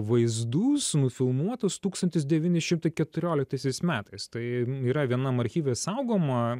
vaizdus nufilmuotus tūkstantis devyni šimtai keturioliktaisiais metais tai yra vienam archyve saugoma